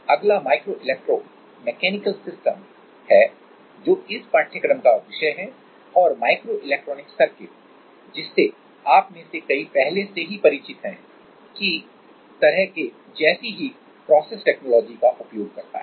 अगला micro electro mechanical system है जो इस पाठ्यक्रम का विषय है और माइक्रोइलेक्ट्रॉनिक सर्किट जिससे आप में से कई पहले से ही परिचित हैं की तरह के जैसी ही प्रोसेस टेक्नोलॉजी का उपयोग करता है